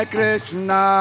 Krishna